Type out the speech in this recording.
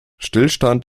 stillstand